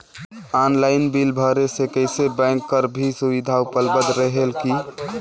Online bill भरे से कइसे बैंक कर भी सुविधा उपलब्ध रेहेल की?